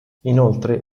inoltre